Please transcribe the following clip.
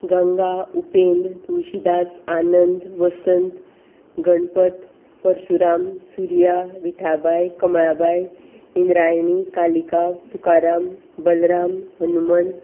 Ganga Upendra Tulshidas Anand Vasant Ganpat Parshuram Surya Vithabai Kamalabai Indrayani Kalika Tukaram Balram Hanumant